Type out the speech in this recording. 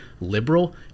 liberal